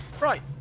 Right